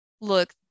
look